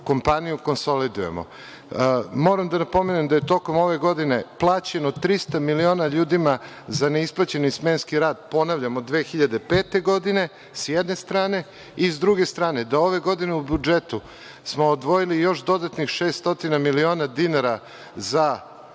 kompaniju konsolidujemo. Moram da napomenem da je tokom ove godine plaćeno 300 miliona ljudima za neisplaćeni smenski rad, ponavljam, od 2005. godine, sa jedne strane. Sa druge strane, da ove godine u budžetu smo odvojili još dodatnih 600 miliona dinara za